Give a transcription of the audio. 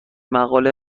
مقاله